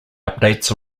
updates